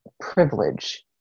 privilege